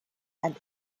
and